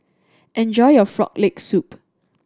enjoy your Frog Leg Soup